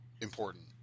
important